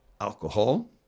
alcohol